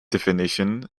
definition